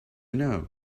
know